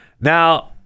now